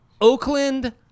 Oakland